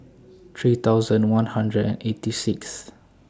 three thousand one hundred and eighty Sixth